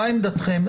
מה עמדתכם?